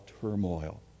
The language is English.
turmoil